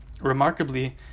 Remarkably